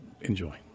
enjoy